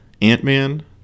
Ant-Man